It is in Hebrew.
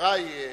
מחברי…